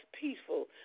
peaceful